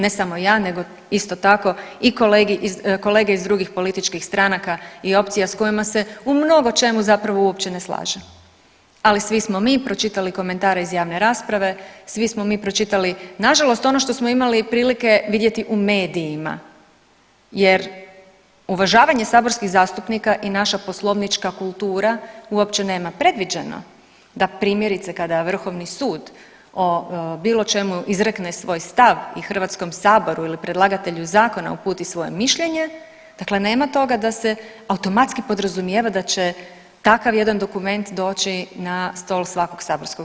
Ne samo ja nego isto tako, i kolege iz drugih političkih stranaka i opcija s kojima se u mnogočemu zapravo uopće ne slažem, ali svi smo mi pročitali komentare iz javne rasprave, svi smo mi pročitali nažalost ono što smo imali prilike vidjeti u medijima jer uvažavanje saborskih zastupnika i naša poslovnička kultura uopće nema predviđeno da primjerice, kada Vrhovni sud o bilo čemu izrekne svoj stav i Hrvatskom saboru ili predlagatelju zakona uputi svoje mišljenje, dakle nema toga da se automatski podrazumijeva da će takav jedan dokument doći na stol svakog saborskog